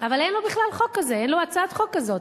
אבל אין לו בכלל חוק כזה, אין לו הצעה כזאת.